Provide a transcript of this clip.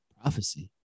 Prophecy